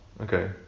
Okay